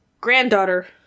granddaughter